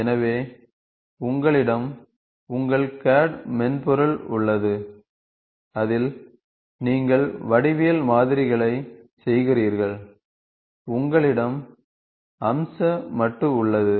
எனவே உங்களிடம் உங்கள் CAD மென்பொருள் உள்ளது அதில் நீங்கள் வடிவியல் மாதிரிகளை செய்கிறீர்கள் உங்களிடம் அம்ச மட்டு உள்ளது